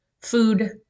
food